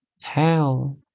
tell